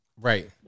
Right